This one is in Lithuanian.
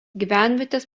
gyvenvietės